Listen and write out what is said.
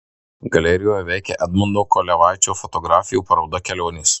galerijoje veikia edmundo kolevaičio fotografijų paroda kelionės